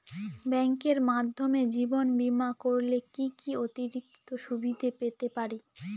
ব্যাংকের মাধ্যমে জীবন বীমা করলে কি কি অতিরিক্ত সুবিধে পেতে পারি?